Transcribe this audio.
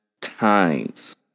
times